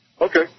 Okay